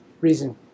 reason